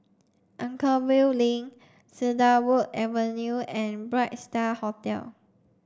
Anchorvale Link Cedarwood Avenue and Bright Star Hotel